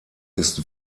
ist